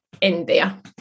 India